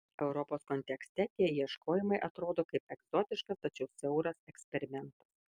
europos kontekste tie ieškojimai atrodo kaip egzotiškas tačiau siauras eksperimentas